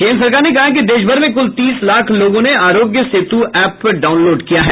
केन्द्र सरकार ने कहा है कि देशभर में कुल तीस लाख लोगों ने आरोग्य सेतु ऐप डाउनलोड किया है